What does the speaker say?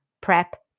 prep